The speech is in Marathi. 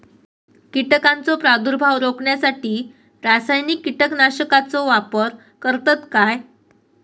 कीटकांचो प्रादुर्भाव रोखण्यासाठी रासायनिक कीटकनाशकाचो वापर करतत काय?